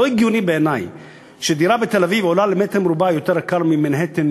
לא הגיוני בעיני שדירה בתל-אביב עולה למ"ר יותר מדירה במנהטן,